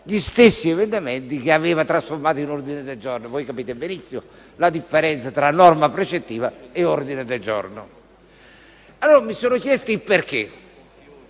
gli stessi emendamenti che aveva trasformato in ordini del giorno; voi capite benissimo la differenza tra norma precettiva e ordine del giorno. Allora mi sono chiesto perché: